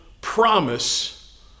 promise